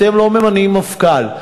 אתם לא ממנים מפכ"ל.